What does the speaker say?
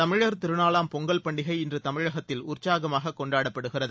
தமிழர் திருநாளாம் பொங்கல் பண்டிகை இன்று தமிழகத்தில் முழுவதும் உற்சாகமாக கொண்டாடப்படுகிறது